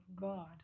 god